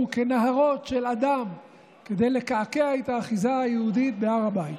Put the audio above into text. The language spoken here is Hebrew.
כנהרות של אדם כדי לקעקע את האחיזה היהודית בהר הבית.